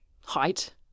height